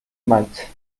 maig